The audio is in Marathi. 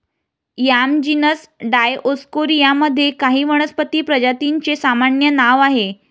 याम जीनस डायओस्कोरिया मध्ये काही वनस्पती प्रजातींचे सामान्य नाव आहे